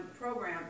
program